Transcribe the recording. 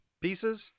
pieces